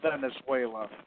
Venezuela